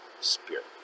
spirit